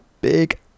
big